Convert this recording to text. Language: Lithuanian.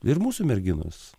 ir mūsų merginos